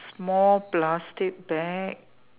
small plastic bag